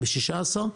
לא 16?